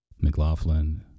McLaughlin